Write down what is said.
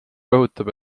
rõhutab